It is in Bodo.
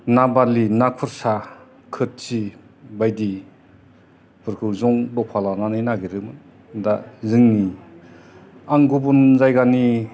ना बार्लि ना खुरसा खोथि बायदिफोरखौ जं दफा लानानै नागिरोमोन दा जोंनि आं गुबुन जायगानि